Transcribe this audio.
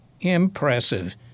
Impressive